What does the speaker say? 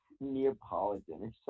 Neapolitan